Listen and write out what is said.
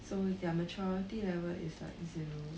so their maturity level is like zero